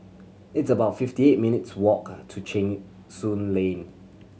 it's about fifty eight minutes' walk to Cheng Soon Lane